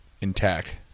intact